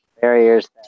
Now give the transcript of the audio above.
barriers